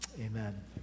Amen